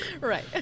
right